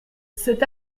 cet